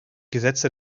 gesetze